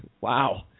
wow